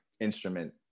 instrument